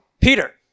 Peter